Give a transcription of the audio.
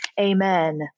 Amen